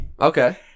Okay